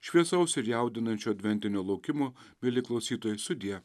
šviesaus ir jaudinančio adventinio laukimo mieli klausytojai sudie